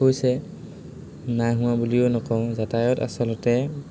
হৈছে নাই হোৱা বুলিও নকওঁ যাতায়াত আচলতে